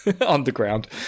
underground